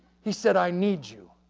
he said, i need you.